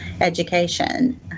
education